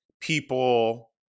people –